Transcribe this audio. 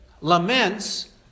laments